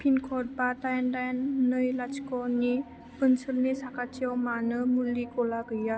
पिनकड बा दाइन दाइन नै लाथिख'नि ओनसोलनि साखाथियाव मानो मुलि गला गैया